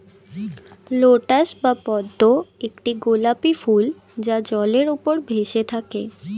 lotus বা পদ্ম একটি গোলাপী ফুল যা জলের উপর ভেসে থাকে